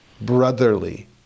brotherly